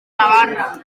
navarra